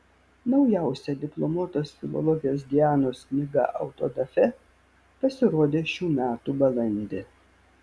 naujausia diplomuotos filologės dianos knyga autodafė pasirodė šių metų balandį